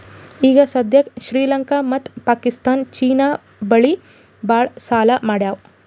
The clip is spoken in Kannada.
ಈಗ ಸದ್ಯಾಕ್ ಶ್ರೀಲಂಕಾ ಮತ್ತ ಪಾಕಿಸ್ತಾನ್ ಚೀನಾ ಬಲ್ಲಿ ಭಾಳ್ ಸಾಲಾ ಮಾಡ್ಯಾವ್